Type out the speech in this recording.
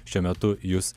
šiuo metu jus